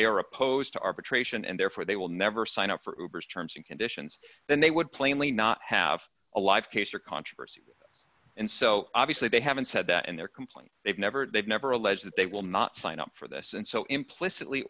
they are opposed to arbitration and therefore they will never sign up for oberst terms and conditions then they would plainly not have a live case or controversy and so obviously they haven't said that in their complaint they've never they've never alleged that they will not sign up for this and so implicitly